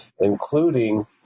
including